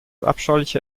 abscheuliche